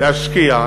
להשקיע,